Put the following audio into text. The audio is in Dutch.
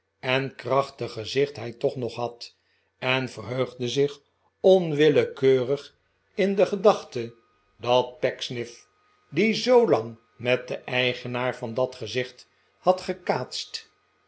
en krachtig gezicht hij toch nog had en verheugde zich onwillekeurig in de gedachte dat pecksniff die zoolang met den eigenaar van dat gezicht had gekaatst